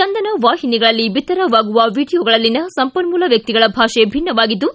ಚಂದನ ವಾಹಿನಿಗಳಲ್ಲಿ ವಿತ್ತರವಾಗುವ ವಿಡಿಯೋಗಳಲ್ಲಿನ ಸಂಪನ್ನೂಲ ವ್ವಕ್ತಿಗಳ ಭಾಷೆ ಭಿನ್ನವಾಗಿದ್ದು